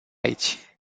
aici